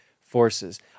forces